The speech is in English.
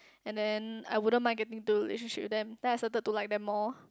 and then I wouldn't mind getting into relationship with them then I started to like them more